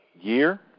year